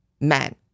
men